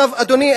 אדוני,